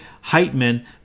Heitman